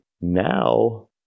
now